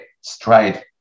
stride